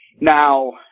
Now